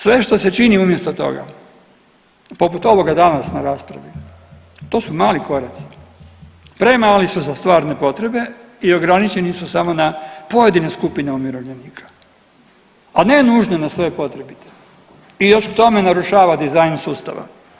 Sve što se čini umjesto toga poput ovoga danas na raspravi, to su mali koraci, premali su za stvarne potrebe i ograničeni su samo na pojedine skupine umirovljenika, a ne nužno na sve potrebite i još k tome narušava dizajn sustava.